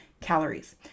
calories